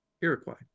iroquois